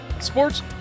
sports